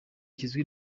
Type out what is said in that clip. kizwi